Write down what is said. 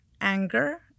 anger